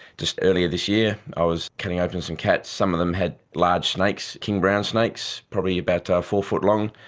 just earlier this year i was cutting open some cats. some of them had large snakes, king brown snakes probably about ah four-foot long,